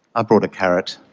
i brought a carrot